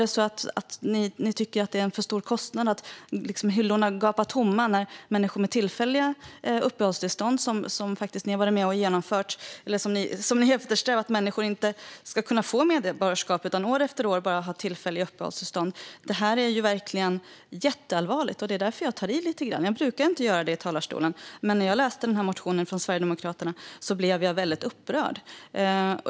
Tycker ni att det är en för stor kostnad när hyllor gapar tomma när det gäller människor med tillfälliga uppehållstillstånd, vilket ni har varit med och genomfört. Ni eftersträvar att människor inte ska kunna få medborgarskap, utan de ska år efter år bara ha tillfälliga uppehållstillstånd. Detta är verkligen jätteallvarligt, och det är därför jag tar i lite grann. Jag brukar inte göra det i talarstolen, men när jag läste motionen från Sverigedemokraterna blev jag väldigt upprörd.